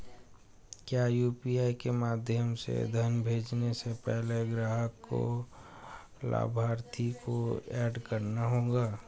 क्या यू.पी.आई के माध्यम से धन भेजने से पहले ग्राहक को लाभार्थी को एड करना होगा?